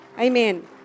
Amen